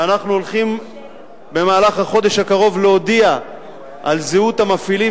ואנחנו הולכים במהלך החודש הקרוב להודיע על זהות המפעילים